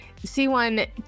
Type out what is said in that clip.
C1